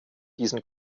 diesen